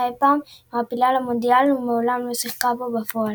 אי פעם שמעפילה למונדיאל ומעולם לא שיחקה בו בפועל.